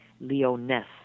Leo-ness